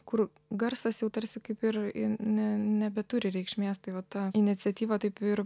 kur garsas jau tarsi kaip ir ne nebeturi reikšmės tai va tą iniciatyvą taip ir